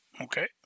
okay